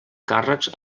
càrrecs